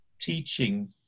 teaching